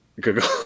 Google